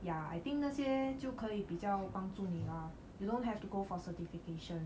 ya I think 那些就可以比较帮助你 lah you don't have to go for certification